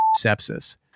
sepsis